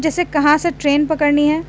جیسے کہاں سے ٹرین پکڑنی ہے